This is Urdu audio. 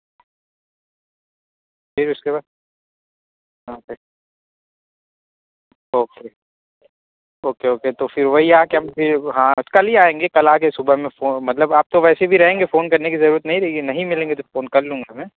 پھر اس کے بعد ہاں اوکے اوکے اوکے تو پھر وہی آ کے ہم پھر ہاں کل ہی آئیں گے کل آ کے صبح میں فون مطلب آپ تو ویسے بھی رہیں گے فون کرنے کی ضرورت نہیں رہے گی نہیں ملیں گے تو فون کر لوں گا میں